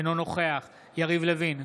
אינו נוכח יריב לוין,